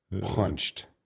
punched